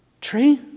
tree